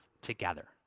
together